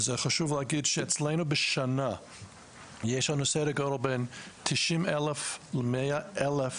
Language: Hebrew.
חשוב להגיד שאצלנו בשנה יש --- בין 90,000 ל-100,000